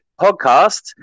podcast